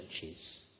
churches